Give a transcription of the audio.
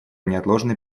неотложной